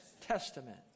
testament